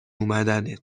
اومدنت